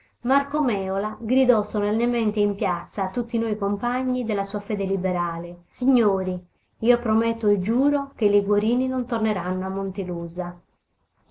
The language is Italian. sant'anna marco mèola gridò solennemente in piazza a tutti noi compagni della sua fede liberale signori io prometto e giuro che i liguorini non torneranno a montelusa